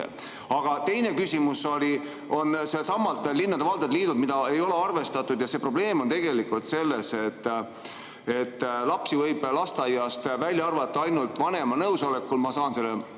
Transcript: Aga teine küsimus on selleltsamalt linnade-valdade liidult, seda ei ole arvestatud. Probleem on tegelikult selles, et lapsi võib lasteaiast välja arvata ainult vanema nõusolekul. Ma saan selle